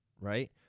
Right